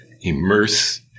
immerse